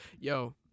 Yo